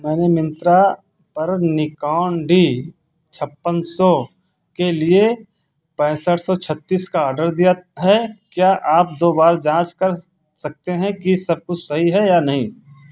मैंने मिंत्रा पर Nikon D छः सौ छप्पन के लिए पैंसठ सौ छः का ऑर्डर दिया है क्या आप दो बार जाँच कर सकते हैं कि सब कुछ सही है या नहीं